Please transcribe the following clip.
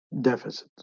deficit